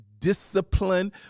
discipline